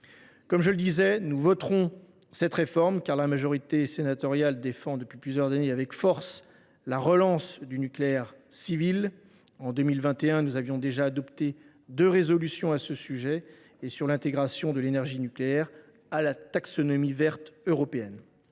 Comme je le disais, nous voterons cette réforme, car la majorité sénatoriale défend depuis plusieurs années, avec force, la relance du nucléaire civil. En 2021, nous avions déjà adopté deux résolutions sur ce sujet et sur l’intégration de l’énergie nucléaire à la taxonomie verte européenne.